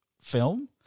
film